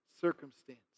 circumstance